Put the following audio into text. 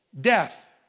death